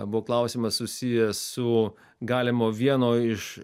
buvo klausimas susijęs su galimo vieno iš